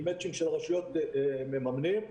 עם מצ'ינג שברשויות מממנים.